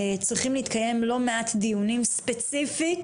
צריכים להתקיים לא מעט דיונים ספציפית,